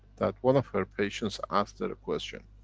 that one of her patients asked her a question.